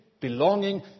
belonging